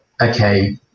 okay